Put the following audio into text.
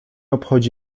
obchodzi